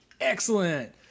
excellent